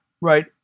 right